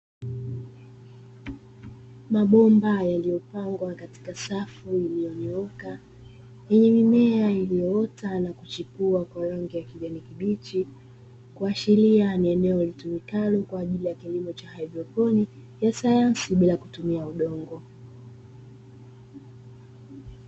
Mabomba yaliyopangwa katika safu iliyonyooka yenye mimiea iliyoota na kuchipua kwa rangi ya kijani kibichi, kuashiria ni eneo litumikalo kwa ajili ya kilimo cha haidroponi ya sayansi bila kutumia udongo.